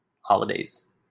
holidays